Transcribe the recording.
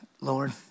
Lord